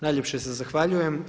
Najljepše se zahvaljujem.